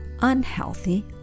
unhealthy